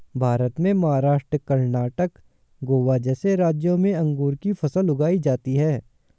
भारत में महाराष्ट्र, कर्णाटक, गोवा जैसे राज्यों में अंगूर की फसल उगाई जाती हैं